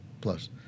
plus